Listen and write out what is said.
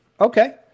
Okay